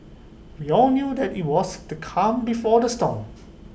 we all knew that IT was the calm before the storm